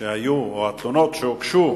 שהיו או התלונות שהוגשו